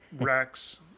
rex